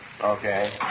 Okay